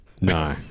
No